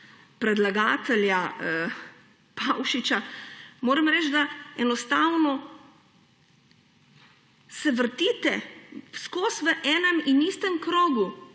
predlagatelja Pavšiča, moram reči, da se ves čas vrtite v enem in istem krogu,